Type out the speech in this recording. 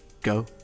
Go